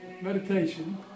meditation